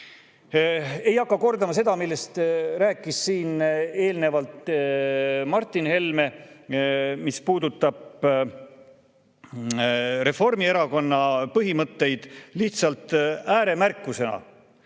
ei hakka kordama seda, millest siin eelnevalt rääkis Martin Helme ja mis puudutab Reformierakonna põhimõtteid. Lihtsalt ääremärkusena